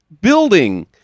building